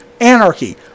anarchy